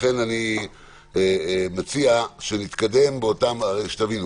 לכן אני מציע שנתקדם באותם שלבים.